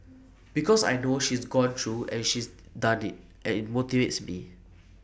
because I know she's gone through and she's done IT and IT motivates me